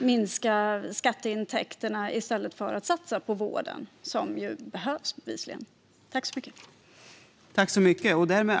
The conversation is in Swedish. minska skatteintäkterna i stället för att satsa på vården, vilket bevisligen behövs.